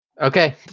Okay